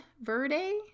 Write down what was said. Verde